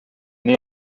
née